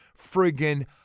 friggin